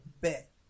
bet